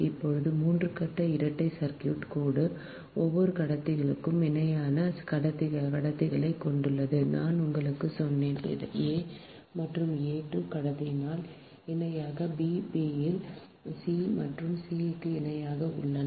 இப்போது 3 கட்ட இரட்டை சர்க்யூட் கோடு ஒவ்வொரு கட்டத்திற்கும் 2 இணையான கடத்திகளைக் கொண்டுள்ளது நான் உங்களுக்குச் சொன்னேன் a மற்றும் a 2 கடத்திகள் இணையாக b b இல் c மற்றும் c க்கு இணையாக உள்ளன